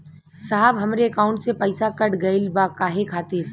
साहब हमरे एकाउंट से पैसाकट गईल बा काहे खातिर?